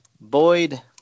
Boyd